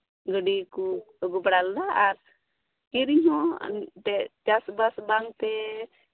ᱜᱟᱹᱰᱤ ᱠᱚ ᱟᱹᱜᱩ ᱫᱟᱨᱟ ᱞᱮᱫᱟ ᱟᱨ ᱠᱤᱨᱤᱧ ᱦᱚᱸ ᱮᱱᱛᱮᱫ ᱪᱟᱥᱵᱟᱥ ᱵᱟᱝᱛᱮ